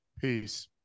Peace